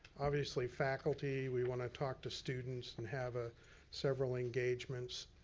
obviously faculty. we wanna talk to students and have ah several engagements.